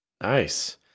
Nice